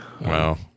Wow